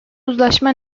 uzlaşma